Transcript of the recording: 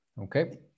okay